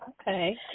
Okay